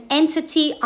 entity